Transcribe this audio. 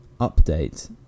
update